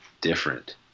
different